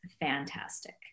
fantastic